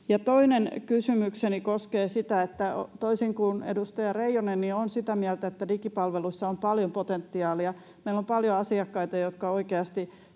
Toinen kysymykseni koskee sitä, että toisin kuin edustaja Reijonen, olen sitä mieltä, että digipalveluissa on paljon potentiaalia. Meillä on paljon asiakkaita, jotka oikeasti